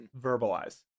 verbalize